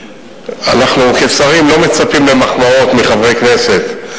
כשרים, לא מצפים למחמאות מחברי הכנסת,